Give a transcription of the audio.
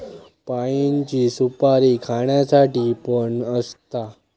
पाइनची सुपारी खाण्यासाठी पण असता